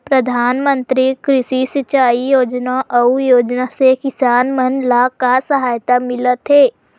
प्रधान मंतरी कृषि सिंचाई योजना अउ योजना से किसान मन ला का सहायता मिलत हे?